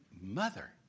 mother